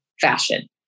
fashion